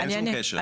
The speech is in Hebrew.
אין שום קשר.